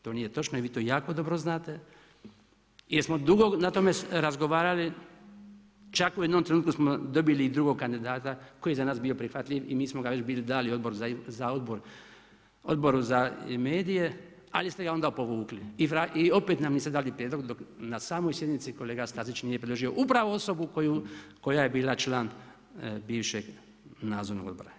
To nije točno i vi to jako dobro znate, jer smo dugo na tome razgovarali, čak u jednom trenutku smo dobili i drugog kandidata, koji je za nas bio prihvatljiv i mi smo ga već bili dali Odboru za medije, ali ste ga onda povukli i opet nam niste dali prijedlog, dok, na samoj sjednici, kolega Stazić nije predložio upravu osobu koja je bila član bivšeg nadzornog odbora.